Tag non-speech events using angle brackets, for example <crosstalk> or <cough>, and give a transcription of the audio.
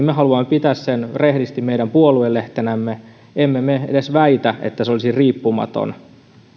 <unintelligible> me haluamme pitää meidän puoluelehtemme rehdisti meidän puoluelehtenämme emme me edes väitä että se olisi riippumaton